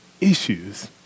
issues